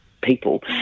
people